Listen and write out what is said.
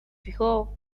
fijó